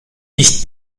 nicht